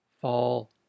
fall